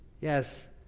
Yes